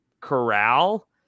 corral